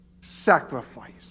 sacrifice